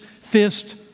fist